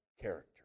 character